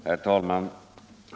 Herr talman!